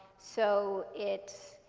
so it